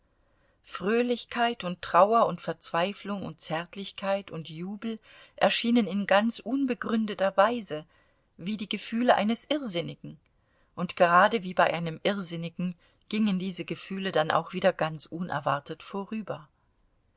fröhlichkeit und trauer und verzweiflung und zärtlichkeit und jubel erschienen in ganz unbegründeter weise wie die gefühle eines irrsinnigen und gerade wie bei einem irrsinnigen gingen diese gefühle dann auch wieder ganz unerwartet vorüber